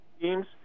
teams